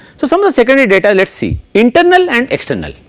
so some of the secondary data let say internal and external.